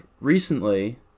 Recently